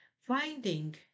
Finding